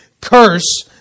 curse